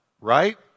right